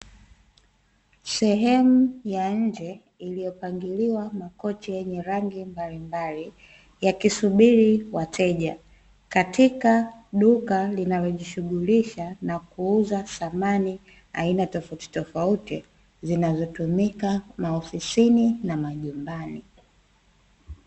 Sehemu ya nje iliyopangiliwa makochi yenye rangi mbalimbali yakisubiri wateja, katika duka linalo jishughulisha na kuuza samani aina tofautitofauti zinazotumika maofisini na majumbani.